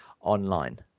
online